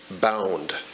bound